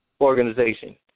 organization